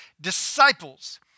disciples